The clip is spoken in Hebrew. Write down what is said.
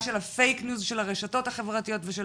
של הפייק ניוז של הרשתות החברתיות ושל